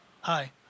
Hi